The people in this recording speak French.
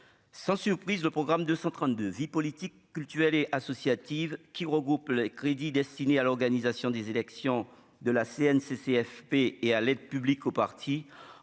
sans surprise, le programme de 132 Vie politique cultuelle et associative qui regroupe les crédits destinés à l'organisation des élections de la Cnccfp et à l'aide publique aux partis